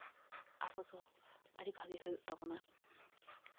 ᱟᱵᱚᱫᱚ ᱟᱹᱰᱤ ᱵᱷᱟᱜᱮ ᱦᱩᱭᱩᱜ ᱛᱟᱵᱚᱱᱟ